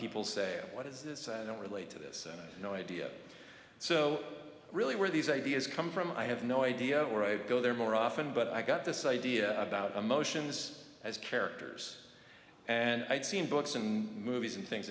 people say what is this i don't relate to this no idea so really were these ideas come from i have no idea where i'd go there more often but i got this idea about emotions as characters and i'd seen books and movies and things